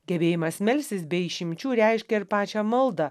gebėjimas melstis be išimčių reiškia ir pačią maldą